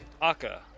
Aka